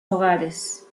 hogares